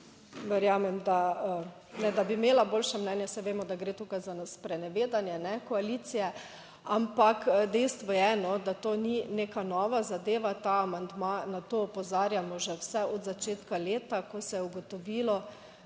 verjamem da bi imela boljše mnenje, saj vemo, da gre tukaj za sprenevedanje koalicije, ampak dejstvo je, da to ni neka nova zadeva. Ta amandma, na to opozarjamo že vse od začetka leta, ko se je ugotovilo,